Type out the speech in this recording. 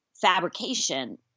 fabrication